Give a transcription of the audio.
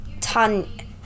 Tan